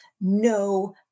no